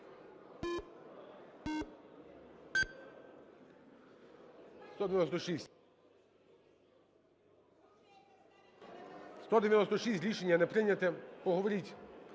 За-196 Рішення не прийняте. Поговоріть.